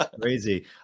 crazy